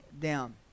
down